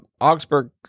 Augsburg